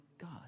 God